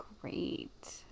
Great